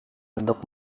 untuk